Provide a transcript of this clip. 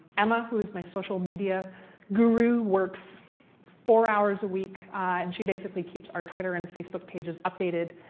emma, who is my social media guru, works four hours a week and she basically keeps our twitter and facebook pages updated.